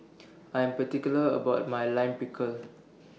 I'm particular about My Lime Pickle